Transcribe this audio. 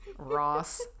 Ross